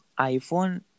iPhone